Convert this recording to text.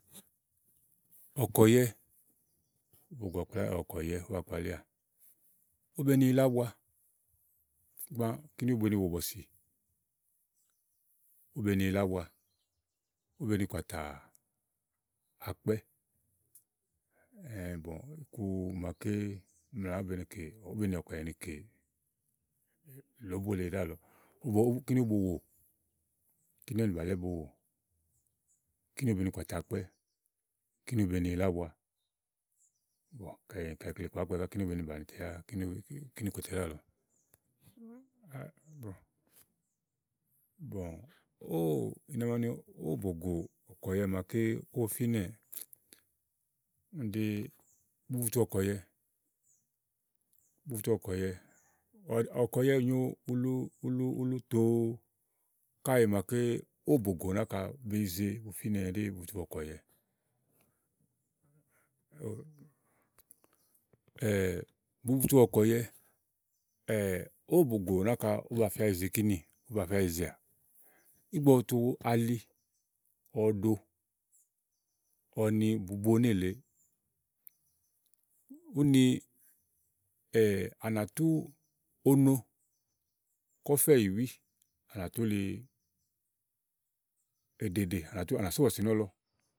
ɔ̀kɔ̀yɛ, ígbɔké ɔ̀kɔ̀yɛ ówó ba kpalíà ówó beni yila ábua, gbã kíni ówó be ni wò bɔ̀sì ówò be ni yila ábua, òwò be ni kpàtà akpɛ́ hein bɔm iku màaké mla ówó be ni kè ówó be nì ɔkɔyɛ ni kè ìlóbó lèe ɖáàlɔ, i ówó kíni ówó bo wò, kíni ówò nì bàlɛ́ bo wó, kíni ówó be ni kpàtà akpɛ̀, kíni be ni yila ábua. Kayi ikle kpòo ákpɛ̀ ká kíni ówó be ni bàni tè yá kíni kíni kòtè ɖáàlɔ. bɔm ówò úni màa ní ówò bògò ɔ̀kɔ̀yɛ màaké ówo fínɛ̀ úni ɖí bubutu ɔ̀kɔ̀yɛ, bubutu ɔ̀kɔ̀yɛ ɔ̀kɔ̀yɛ nyòo ulu ulu ulu tòo káèè è màaké ówò bògò náka be yize finè ɛɖí bubutu ɔ̀kɔ̀yɛ bubutu ɔ̀kɔ̀yɛ ówò bògò náka ówó ba fía yize kínì, ówó ba fía yizeà ígbɔ ɔwɔ tu ali ɔwɔ ɖo, ɔwɔ ni bubo nélèe, úni à na tú ono, kɔ̀fɛ̀ìwì à nà tú li èɖèɖè à nà tú à nà só bɔ̀sì nɔ̀lɔ.